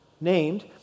Named